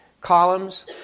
columns